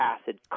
acid